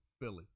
Philly